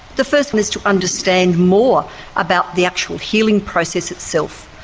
the first thing is to understand more about the actual healing process itself,